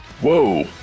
Whoa